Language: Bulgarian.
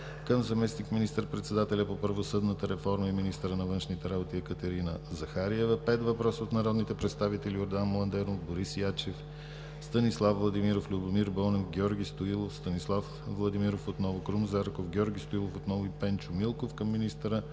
към заместник министър-председателя по правосъдната реформа и министъра на външните работи Екатерина Захариева; - пет въпроса от народните представители